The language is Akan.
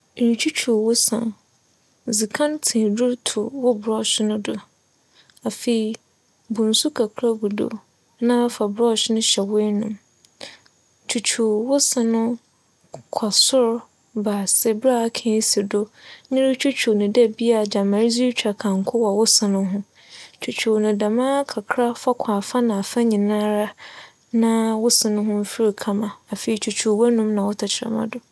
Irutwutwuw wo se a, dzi kan tsi edur to wo brush no do. Afei, bu nsu kakra gu do na fa brush no hyɛ w'enum. Twutwuw wo se no kͻ sor ba ase ber a aka esi do na irutwutwuw no dɛ bi a gyama edze rutwa kanko wͻ wo se no ho. Twutwuw no dɛmaa kakra fa kͻ afa na afa nyinara na wo se no ho mfir kama. Afei twutwuw w'enum na wo tɛkyerɛma do.